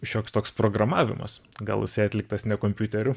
šioks toks programavimas gal jisai atliktas ne kompiuteriu